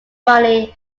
money